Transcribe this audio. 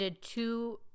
two